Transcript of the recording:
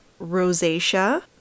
rosacea